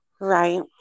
Right